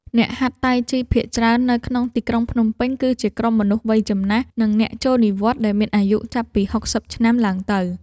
អ្នកហាត់តៃជីភាគច្រើននៅក្នុងទីក្រុងភ្នំពេញ គឺជាក្រុមមនុស្សវ័យចំណាស់ និងអ្នកចូលនិវត្តន៍ ដែលមានអាយុចាប់ពី ៦០ ឆ្នាំឡើងទៅ។